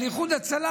אבל איחוד הצלה,